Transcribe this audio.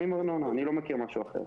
אני לא מכיר משהו אחר.